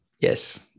yes